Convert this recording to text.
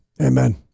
Amen